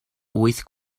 wyth